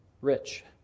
rich